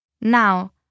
Now